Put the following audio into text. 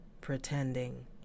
pretending